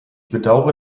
bedaure